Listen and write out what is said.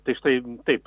tai štai taip